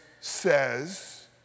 says